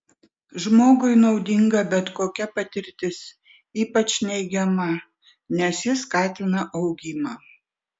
žmogui naudinga bet kokia patirtis ypač neigiama nes ji skatina augimą